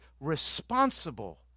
responsible